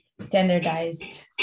standardized